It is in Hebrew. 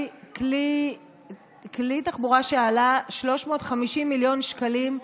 כלי תחבורה שעלה 350 מיליון שקלים,